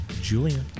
Julian